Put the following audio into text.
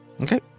Okay